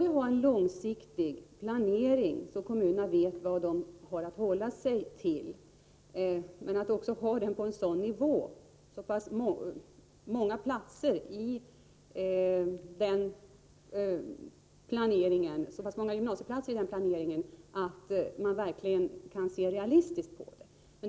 vi kan ha en långsiktig planering och så att kommunerna vet vad de har att hålla sig till, men även så att vi kan hålla antalet gymnasieplatser på en sådan nivå att man verkligen kan se realistiskt på planeringen.